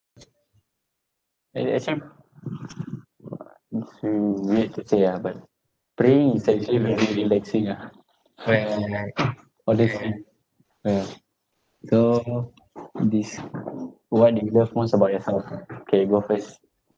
eh actually uh weird to say ah but praying is actually very relaxing ah when like all these thing ah so this what do you love most about yourself K you go first